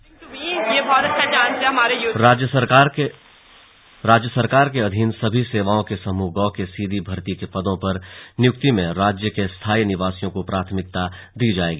slug समुह ग राज्य सरकार के अधीन सभी सेवाओं के समूह ग के सीधी भर्ती के पदों पर नियुक्ति में राज्य के स्थायी निवासियों को प्राथमिकता दी जायेगी